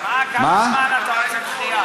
מה, כמה זמן אתה רוצה דחייה?